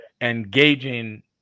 engaging